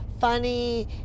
funny